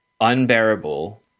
unbearable